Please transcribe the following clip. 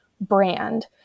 brand